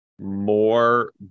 more